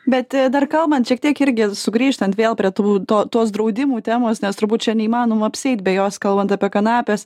bet dar kalbant šiek tiek irgi sugrįžtant vėl prie tų to tos draudimų temos nes turbūt čia neįmanoma apsieit be jos kalbant apie kanapes